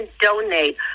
donate